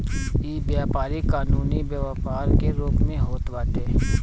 इ व्यापारी कानूनी व्यापार के रूप में होत बाटे